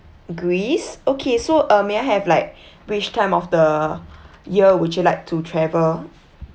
greece okay so uh may I have like which time of the year would you like to travel